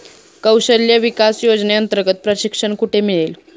कौशल्य विकास योजनेअंतर्गत प्रशिक्षण कुठे मिळेल?